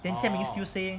then jian ming still say